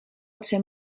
otse